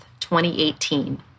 2018